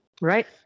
Right